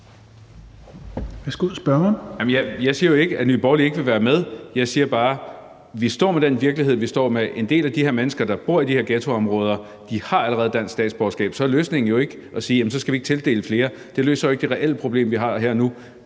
Marcus Knuth (KF): Jeg siger jo ikke, at Nye Borgerlige ikke vil være med. Jeg siger bare, at vi står med den virkelighed, vi står med. En del af de her mennesker, der bor i de her ghettoområder, har allerede dansk statsborgerskab, og så er løsningen jo ikke at sige, at så skal vi ikke tildele flere. Det løser jo ikke det reelle problem, vi har her og nu.